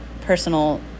personal